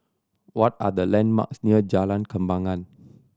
what are the landmarks near Jalan Kembangan